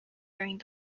during